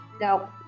No